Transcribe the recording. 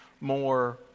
more